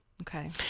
Okay